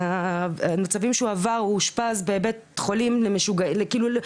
המצבים שהוא עבר, הוא אושפז בבית חולים כללי.